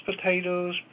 potatoes